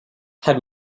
had